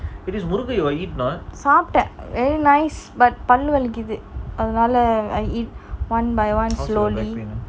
சாப்பிட்டான்:saptan very nice but பள்ளு வலிக்கிது அது நாலா:pallu valikithu athu naala I eat one by one slowly